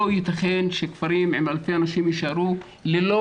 לא ייתכן שכפרים עם אלפי אנשים יישארו ללא